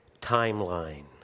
timeline